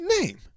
name